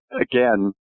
again